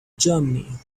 germany